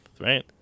right